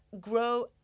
grow